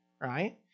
right